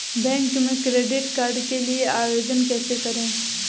Bank में credit card के लिए आवेदन कैसे करें?